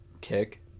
kick